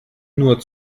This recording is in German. nur